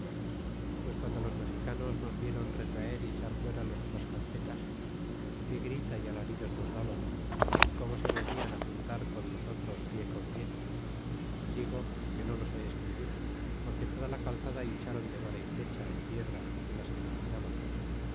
pues guando los mexicanos nos viéron retraer y echar fuera los tlascaltecas qué grita y alaridos nos daban y como se venian juntar con nosotros pie con pie digo que yo no lo sé escribir porque toda la calzada hincháron de vara y flecha é piedra de las que nos tiraban